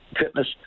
fitness